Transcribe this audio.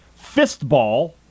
fistball